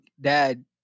Dad